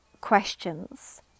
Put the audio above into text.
questions